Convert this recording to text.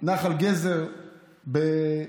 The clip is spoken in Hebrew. נחל גזר בלוד,